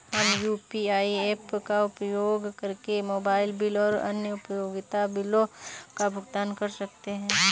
हम UPI apps का उपयोग करके मोबाइल बिल और अन्य उपयोगिता बिलों का भुगतान कर सकते हैं